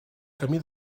camí